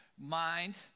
mind